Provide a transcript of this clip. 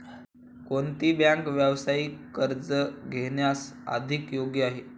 कोणती बँक व्यावसायिक कर्ज घेण्यास अधिक योग्य ठरेल?